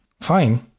fine